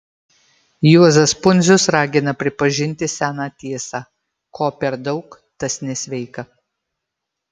juozas pundzius ragina pripažinti seną tiesą ko per daug tas nesveika